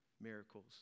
miracles